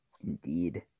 Indeed